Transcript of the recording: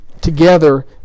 together